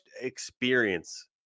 experience